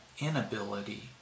inability